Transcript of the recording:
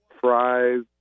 fries